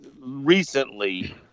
recently